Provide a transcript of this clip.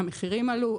המחירים עלו,